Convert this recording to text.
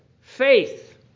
faith